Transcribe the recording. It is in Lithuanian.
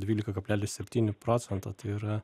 dvylika kablelis septyni procento tai yra